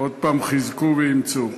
עוד הפעם, חזקו ואמצו.